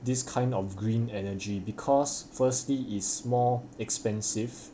this kind of green energy because firstly is more expensive